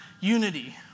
unity